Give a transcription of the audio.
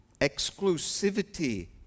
exclusivity